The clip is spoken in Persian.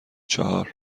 چهار